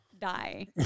die